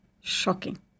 Shocking